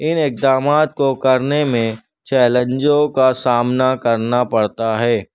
ان اقدامات کو کرنے میں چیلنجوں کا سامنا کرنا پڑتا ہے